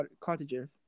cottages